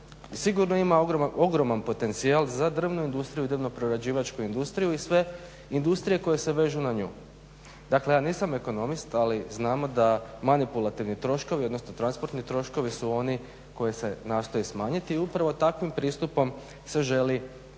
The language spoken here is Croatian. sigurno ima ogroman potencijal za drvnu industriju i drvno prerađivačku industriju i sve industrije koje se vežu na nju. Dakle ja nisam ekonomist, ali znamo da manipulativni troškovi odnosno transportni troškovi su oni koje se nastoji smanjiti i upravo takvim pristupom se želi